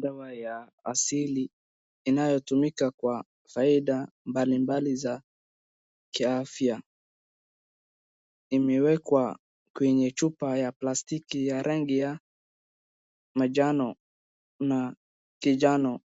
Dawa ya asili inayotumika kwa faida mbalimbali za kiafya. Imewekwa kwenye chupa ya plastiki ya rangi ya manjano na kijani